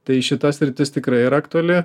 tai šita sritis tikrai yra aktuali